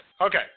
Okay